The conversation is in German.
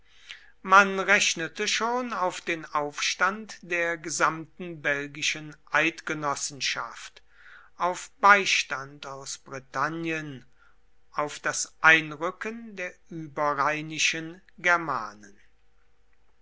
man rechnete schon auf den aufstand der gesamten belgischen eidgenossenschaft auf beistand aus britannien auf das einrücken der überrheinischen germanen